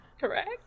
correct